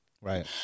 right